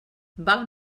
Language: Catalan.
val